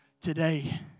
today